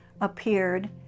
appeared